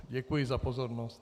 Děkuji za pozornost.